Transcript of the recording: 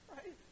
Right